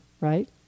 right